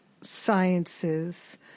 sciences